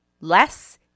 less